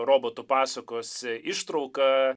robotų pasakose ištrauka